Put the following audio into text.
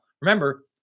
remember